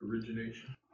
origination